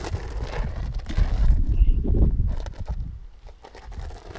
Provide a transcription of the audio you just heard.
money कुछ ऐसे लिखल रहै माइनसमे चलि गलै जितना पैसा रहै ने हमर अकाउंटमे